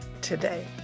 today